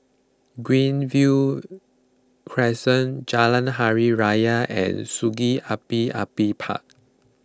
Greenview Crescent Jalan Hari Raya and Sungei Api Api Park